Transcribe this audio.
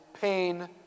pain